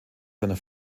seiner